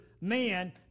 men